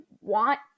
want